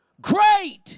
Great